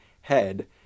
head